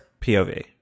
POV